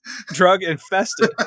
Drug-infested